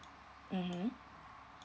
mmhmm